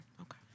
okay